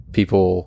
people